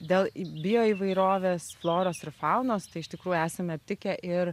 dėl bio įvairovės floros ir faunos tai iš tikrųjų esame aptikę ir